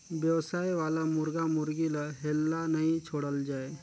बेवसाय वाला मुरगा मुरगी ल हेल्ला नइ छोड़ल जाए